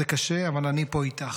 זה קשה, אבל אני פה איתך'".